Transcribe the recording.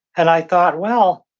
and i thought, well,